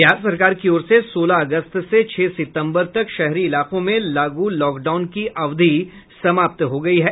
बिहार सरकार की ओर से सोलह अगस्त से छह सितम्बर तक शहरी इलाकों में लागू लॉकडान की अवधि समाप्त हो गयी है